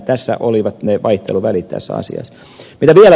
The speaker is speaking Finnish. tässä olivat ne vaihteluvälit tässä asiassa